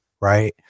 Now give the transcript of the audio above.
right